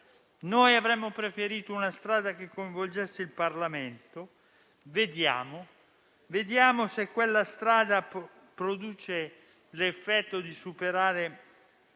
Avremmo preferito una strada che coinvolgesse il Parlamento: vediamo se quella strada produrrà l'effetto di superare